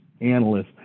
analysts